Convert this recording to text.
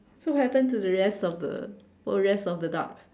so haven't to the rest of the or rest of the duck